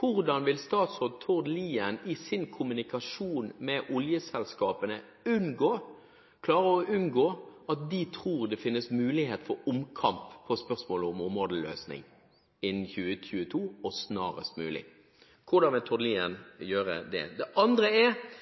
Hvordan vil statsråd Tord Lien i sin kommunikasjon med oljeselskapene klare å unngå at de tror det finnes en mulighet for omkamp på spørsmålet om områdeløsning «innen 2022» og «snarest mulig»? Hvordan vil Tord Lien gjøre det? Det andre spørsmålet er: